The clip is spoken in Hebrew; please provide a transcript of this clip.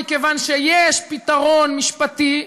מכיוון שיש פתרון משפטי,